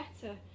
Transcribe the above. better